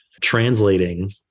translating